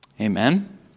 Amen